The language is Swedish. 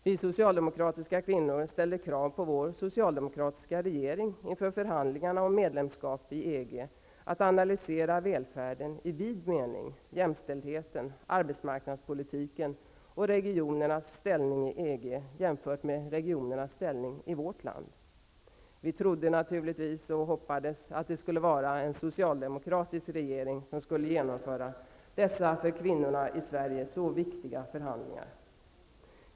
Vi socialdemokratiska kvinnor ställde krav på vår socialdemokratiska regering, inför förhandlingarna om medlemskap i EG, att analysera välfärden i vid mening, jämställdheten, arbetsmarknadspolitiken och regionernas ställning i EG jämfört med regionernas ställning i vårt land. Vi trodde naturligtvis och hoppades att det skulle vara en socialdemokratisk regering som genomförde dessa för kvinnorna i Sverige så viktiga förhandlingar.